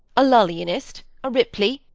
a lullianist? a ripley?